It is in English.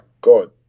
God